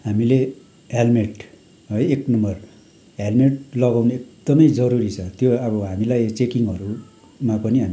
हामीले हेल्मेट है एक नम्बर हेल्मेट लगाउनु एकदमै जरुरी छ त्यो अब हामीलाई चेकिङहरूमा पनि